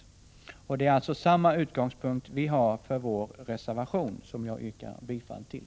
Det är alltså samma utgångspunkt vi har för vår reservation, som jag yrkar bifall till.